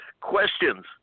questions